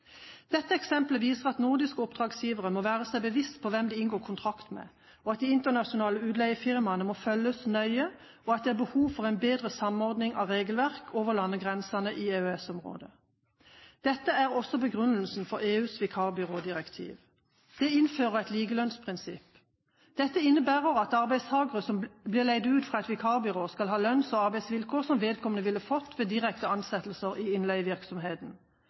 Dette eksemplet viser at nordiske oppdragsgivere må være seg bevisst hvem de inngår kontrakt med, at de internasjonale utleiefirmaene må følges nøye, og at det er behov for en bedre samordning av regelverk over landegrensene i EØS-området. Dette er også begrunnelsen for EUs vikarbyrådirektiv. Det innfører et likelønnsprinsipp. Dette innebærer at arbeidstakere som blir leid ut fra et vikarbyrå, skal ha lønns- og arbeidsvilkår som vedkommende ville fått ved direkte ansettelse i